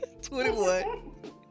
21